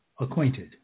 acquainted